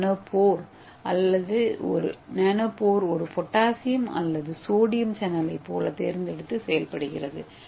ஏ nanopore ஒரு potassium அல்லது sodium சேனலைப் போல தேர்ந்தெடுத்து செயல்படுகிறது